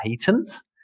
patents